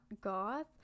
goth